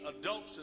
adults